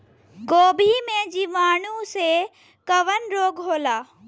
गोभी में जीवाणु से कवन रोग होला?